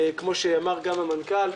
כמו שאמר גם המנכ"ל,